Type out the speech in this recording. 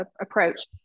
approach